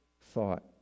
thought